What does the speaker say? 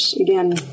again